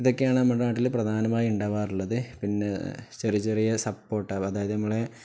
ഇതൊക്കെയാണ് നമ്മുടെ നാട്ടില് പ്രധാനമായി ഉണ്ടാകാറുള്ളത് പിന്നെ ചെറിയ ചെറിയ സപ്പോട്ട അതായത് നമ്മുടെ